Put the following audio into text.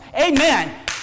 Amen